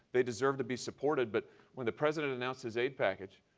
they deserve to be supported, but when the president announced his aid package,